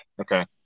Okay